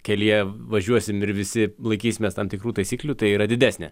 kelyje važiuosim ir visi laikysimės tam tikrų taisyklių tai yra didesnė